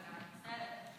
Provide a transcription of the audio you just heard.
מצטערת,